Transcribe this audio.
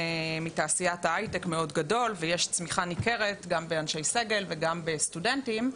מתעשיית ההייטק מאוד גדול ויש צמיחה ניכרת גם באנשי סגל וגם בסטודנטים.